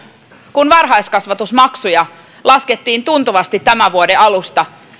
kun varhaiskasvatusmaksuja laskettiin tuntuvasti tämän vuoden alusta